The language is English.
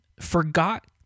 forgot